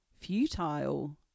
futile